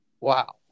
Wow